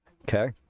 okay